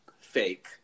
fake